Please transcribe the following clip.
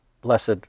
blessed